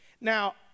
Now